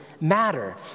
matter